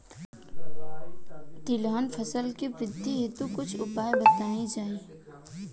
तिलहन फसल के वृद्धी हेतु कुछ उपाय बताई जाई?